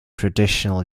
traditional